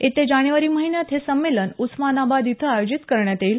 येत्या जानेवारी महिन्यात हे संमेलन उस्मानाबाद इथं आयोजित करण्यात येईल